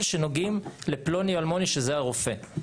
שנוגעים לפלוני אלמוני שזה הרופא.